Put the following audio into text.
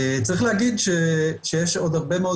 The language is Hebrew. צריך להגיד שיש עוד הרבה מאוד